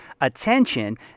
attention